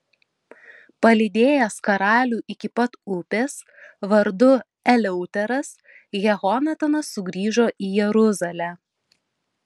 palydėjęs karalių iki pat upės vardu eleuteras jehonatanas sugrįžo į jeruzalę